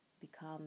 become